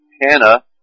Hannah